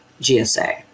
GSA